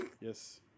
Yes